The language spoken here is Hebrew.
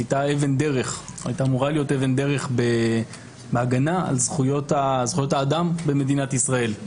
הייתה אמורה להיות אבן דרך בהגנה על זכויות האדם במדינת ישראל.